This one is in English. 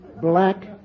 Black